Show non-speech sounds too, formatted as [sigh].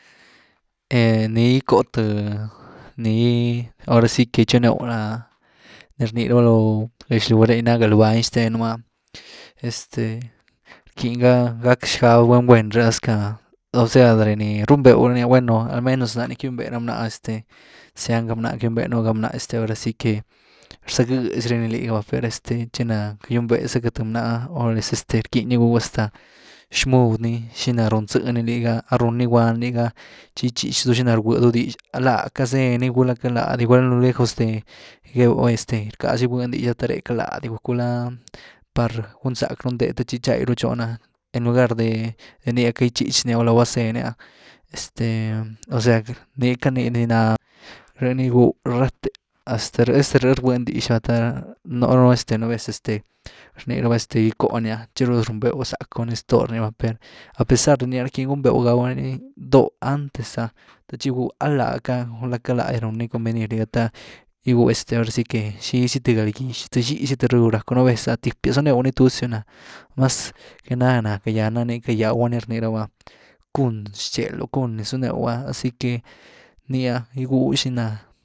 [hesitation] ni gicko th ni, ahora zy ni chinew, gulá ni rni raba lo gaxliw re ni ná gal bany xtenu’a este rquiny gá gack xgab guen guen rh esque o sea de ni runbeu la ni’ah bueno al menos náre de ni ckarunbé ra bna’ah este zian ga bná ckayuné nuu ga bná este ahora zy que rzagëzy rani liga va per este tchi na ckayn bé zacka th bná orales, quiny gygëw xmud ni, xina runzë ni ligha a rún ni gwand liga, tchi gitchich du xina rgydu dix, a laa ca zeny gulá quiety lády, gula a lo lejos de gebyu oye rckaza gwynu dix te quity lady guck, gulá [hesitation] par gunzack un nde te tchi chai ru chónu’a en lugar de-de inie quity gitchich ni gulá vasée ni este osea nii cat ni na, rh ni gigwyw rá rathe, hasta rh, hasta rh rgyny dix, the nú-nú vez este rni raba gycko ni’ah tchio rh ru runbew zacku ni stoni va, a pesar de ni rquiny gunbew gágu ni ni doo antes’ah the tchi gigwyw a laacak gulá quiet ladi run ni convenir liga, ta gygwyw ahora si que xi zy th galgyx th xízy th rú racku nu vez tipias zunew tusiuna, mas que nada ná ckayana ni ckayawa ni rni raba, cun txelu’h, cun ni zunew’ah asi que nii ah gygwyw xinaa.